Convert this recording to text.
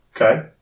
Okay